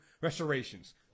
Restorations